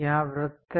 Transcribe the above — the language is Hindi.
यहाँ वृत्त हैं